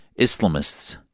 Islamists